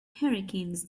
hurricanes